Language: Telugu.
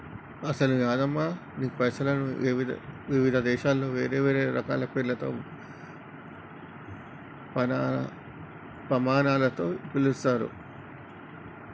అసలు యాదమ్మ నీ పైసలను వివిధ దేశాలలో వేరువేరు రకాల పేర్లతో పమానాలతో పిలుస్తారు